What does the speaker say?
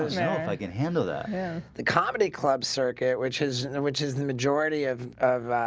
like and handle that yeah the comedy club circuit. which is which is the majority of of